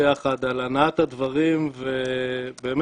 על הנעת הדברים ובאמת